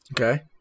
Okay